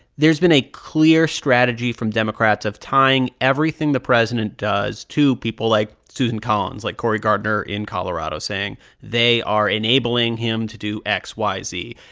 there's been a clear strategy from democrats of tying everything the president does to people like susan collins, like cory gardner in colorado, saying they are enabling him to do x, y, z.